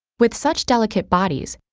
with such delicate bodies,